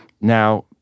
Now